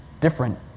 different